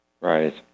right